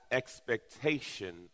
expectation